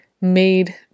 made